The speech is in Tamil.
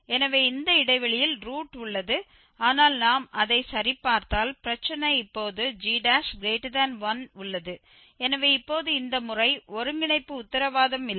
எனவே இந்த இடைவெளியில் ரூட் உள்ளது ஆனால் நாம் அதை சரிபார்த்தால் பிரச்சனை இப்போது g1 உள்ளது எனவே இப்போது இந்த முறை ஒருங்கிணைப்பு உத்தரவாதம் இல்லை